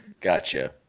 Gotcha